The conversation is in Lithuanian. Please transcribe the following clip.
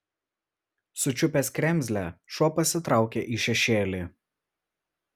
sučiupęs kremzlę šuo pasitraukė į šešėlį